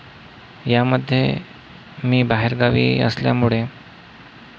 यामध्ये मी बाहेरगावी असल्यामुळे